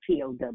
pow